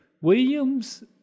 williams